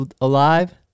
alive